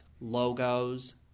logos